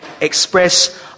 express